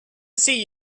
see